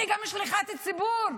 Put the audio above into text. אני גם שליחת ציבור.